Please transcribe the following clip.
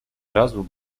razu